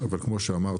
אבל כמו שאמרתי,